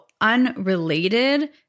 unrelated